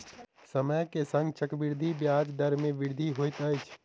समय के संग चक्रवृद्धि ब्याज दर मे वृद्धि होइत अछि